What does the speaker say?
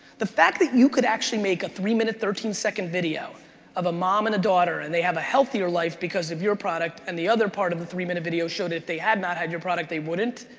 the fact that you could actually make a three minute, thirteen second video of a mom and a daughter and they have a healthier life because of your product and the other part of the three minute video showed if they had not had your product, they wouldn't,